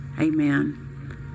Amen